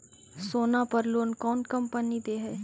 सोना पर लोन कौन कौन कंपनी दे है?